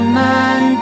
man